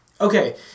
Okay